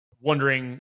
wondering